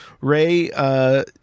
Ray